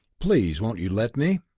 please, won't you let me?